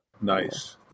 nice